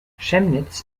chemnitz